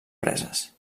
preses